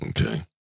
Okay